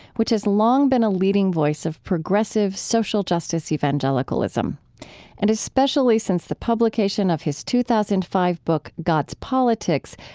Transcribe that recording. which has long been a leading voice of progressive social justice evangelicalism. and especially since the publication of his two thousand and five book, god's politics,